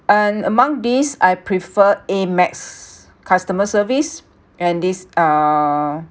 and among these I prefer Amex customer service and this uh